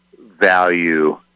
value